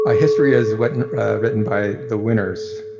ah history is written written by the winners,